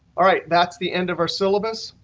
all right. that's the end of our syllabus.